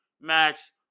match